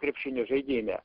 krepšinio žaidime